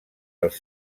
els